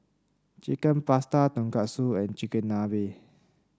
Chicken Pasta Tonkatsu and Chigenabe